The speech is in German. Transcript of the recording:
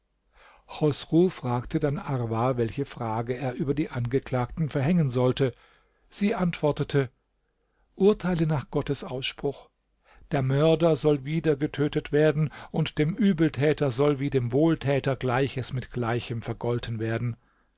chosru fragte dann arwa welche strafe er über die angeklagten verhängen sollte sie antwortete urteile nach gottes ausspruch der mörder soll wieder getötet werden und dem übeltäter soll wie dem wohltäter gleiches mit gleichem vergolten werden